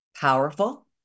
powerful